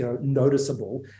noticeable